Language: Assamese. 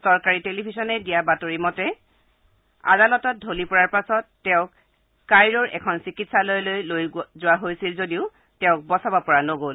চৰকাৰী টেলিভিছনে দিয়া বাতৰি মতে আদালতত ঢলি পৰা পাছতেই তেওঁক কাইৰোৰ এখন চিকিৎসালয়লৈ নিয়া হৈছিল যদিও তেওঁক বচাব পৰা নগ'ল